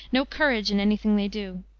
no courage in any thing they do.